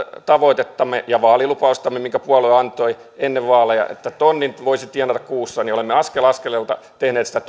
tavoitettamme ja vaalilupaustamme minkä puolue antoi ennen vaaleja että tonnin voisi tienata kuussa ja olemme askel askeleelta tehneet sitä